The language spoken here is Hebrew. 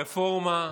רפורמה.